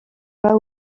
pas